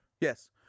Yes